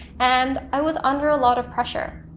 and i was under a lot of pressure.